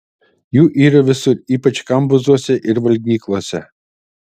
jų yra visur ypač kambuzuose ir valgyklose